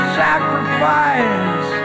sacrifice